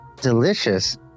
delicious